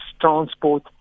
transport